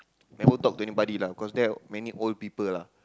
never talk to anybody lah cause there many old people lah